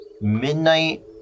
midnight